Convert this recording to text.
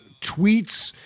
tweets